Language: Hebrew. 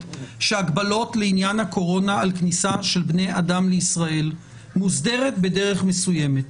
שהגבלות לעניין הקורונה על כניסה של בני אדם לישראל מוסדרת בדרך מסוימת?